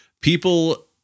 people